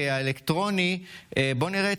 האיום הביטחוני הניצב לנו מצפון ומחויבים להגנה על